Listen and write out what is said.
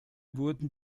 wurden